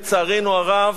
לצערנו הרב,